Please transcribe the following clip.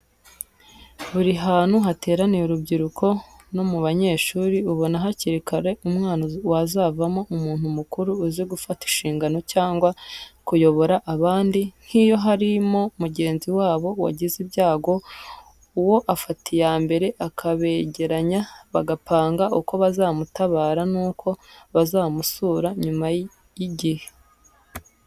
Buri hantu hateraniye urubyiruko no mu banyeshuri, ubona hakiri kare umwana wazavamo umuntu mukuru uzi gufata inshingano cyangwa kuyobora abandi, nk'iyo hari mugenzi wabo wagize ibyago, uwo afata iya mbere akabegeranya bagapanga uko bazamutabara n'uko bazamusura nyuma y'igihe.